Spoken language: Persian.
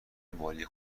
مالی